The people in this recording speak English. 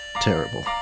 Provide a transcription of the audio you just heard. terrible